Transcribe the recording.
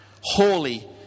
holy